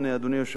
אדוני היושב-ראש,